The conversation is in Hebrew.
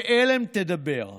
ואלם תדבר,